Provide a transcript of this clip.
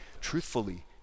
Truthfully